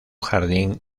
jardín